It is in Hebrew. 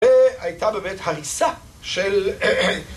זו הייתה באמת הריסה של...